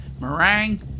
meringue